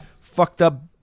fucked-up